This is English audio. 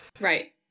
Right